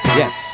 yes